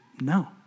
no